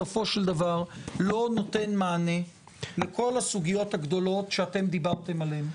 בסופו של דבר לא נותן מענה לכל הסוגיות הגדולות שאתם דיברתם עליהם.